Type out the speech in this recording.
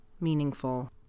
meaningful